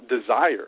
desire